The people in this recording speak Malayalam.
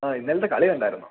ആ ഇന്നലത്തെ കളി കണ്ടായിരുന്നുവോ